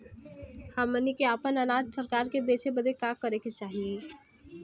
हमनी के आपन अनाज सरकार के बेचे बदे का करे के चाही?